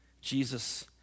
Jesus